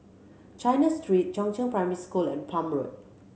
China Street Chongzheng Primary School and Palm Road